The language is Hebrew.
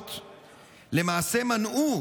הקברות למעשה מנעו